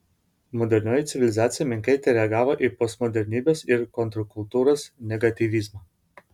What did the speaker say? modernioji civilizacija menkai tereagavo į postmodernybės ir kontrkultūros negatyvizmą